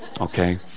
okay